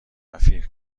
رفیق